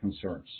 concerns